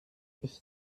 ich